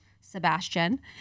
sebastian